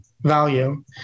value